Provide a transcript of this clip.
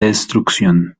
destrucción